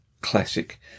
classic